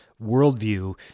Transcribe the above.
worldview